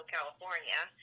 California